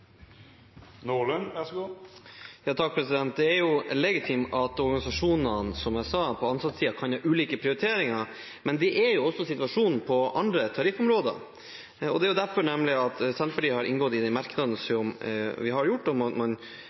at organisasjonene, som jeg sa, på ansattsiden kan ha ulike prioriteringer, men det er også situasjonen på andre tariffområder, og det er derfor Senterpartiet har inngått i de merknadene som vi har gjort. Man ønsker å se på den utviklingen og mener at